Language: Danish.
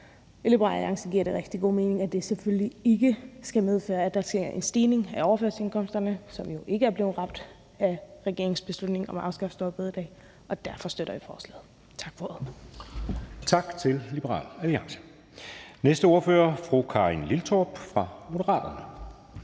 Liberal Alliance giver det rigtig god mening, at det selvfølgelig ikke skal medføre en stigning i overførselsindkomsterne, da modtagerne af disse jo ikke er blevet ramt af regeringens beslutning om at afskaffe store bededag, og derfor støtter vi forslaget. Tak for ordet.